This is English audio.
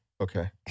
Okay